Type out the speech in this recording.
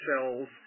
cells